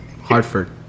Hartford